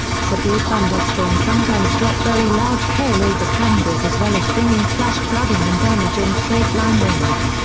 severe thunderstorms sometimes drop very large hail over kansas as well as bringing flash flooding and damaging straight line winds.